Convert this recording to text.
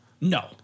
No